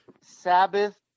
Sabbath